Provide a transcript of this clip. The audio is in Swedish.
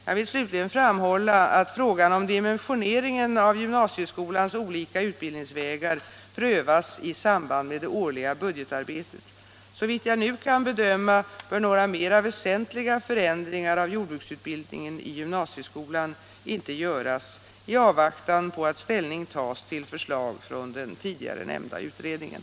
Jag vill slutligen framhålla att frågan om dimensioneringen av gymnasieskolans olika utbildningsvägar prövas i samband med det årliga budgetarbetet. Såvitt jag nu kan bedöma bör några mer väsentliga förändringar av jordbruksutbildningen i gymnasieskolan ej göras i avvaktan på att ställning tas till förslag från den tidigare nämnda utredningen.